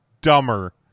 dumber